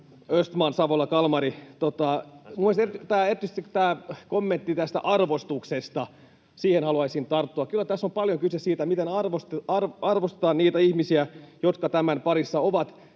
Östman, Savola, Kalmari. Erityisesti tähän kommenttiin tästä arvostuksesta haluaisin tarttua. Kyllä tässä on paljon kyse siitä, miten arvostetaan niitä ihmisiä, jotka tämän parissa ovat